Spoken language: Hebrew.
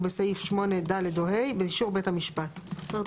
בסעיף 8(ד) או (ה) באישור בית המשפט; זאת אומרת,